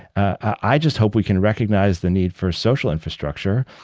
i just hope we can recognize the need for social infrastructure,